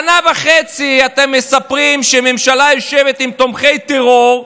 שנה וחצי אתם מספרים שממשלה יושבת עם תומכי טרור,